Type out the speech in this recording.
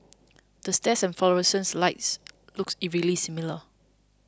the stairs and fluorescent lights look eerily similar